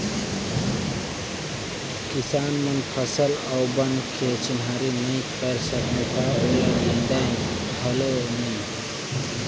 किसान मन फसल अउ बन के चिन्हारी नई कयर सकय त ओला नींदे घलो नई